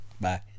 Bye